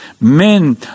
men